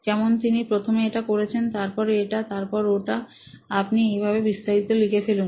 যেমন তিমি প্রথমে এটা করেছেন তারপর এটা তারপর ওটা আপনি এইভাবে বিস্তারিত লিখে ফেলুন